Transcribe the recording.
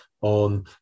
on